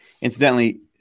Incidentally